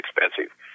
expensive